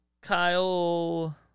Kyle